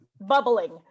bubbling